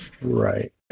Right